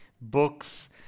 books